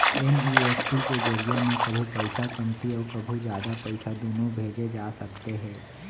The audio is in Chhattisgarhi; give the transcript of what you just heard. एन.ई.एफ.टी के जरिए म कभू पइसा कमती अउ कभू जादा पइसा दुनों भेजे जा सकते हे